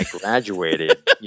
graduated